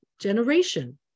generation